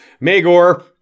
Magor